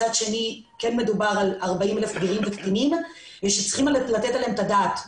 מצד שני כן מדובר על 40,000 בגירים וקטינים וצריך לתת עליהם את הדעת.